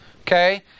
okay